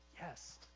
yes